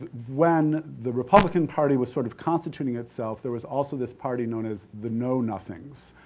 when the republican party was sort of constituting itself, there was also this party known as the know nothings,